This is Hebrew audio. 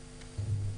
בבקשה.